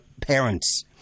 parents